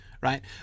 right